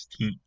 16